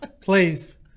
Please